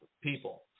people